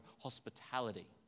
hospitality